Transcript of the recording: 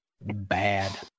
bad